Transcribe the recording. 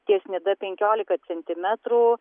ties nida penkiolika centimetrų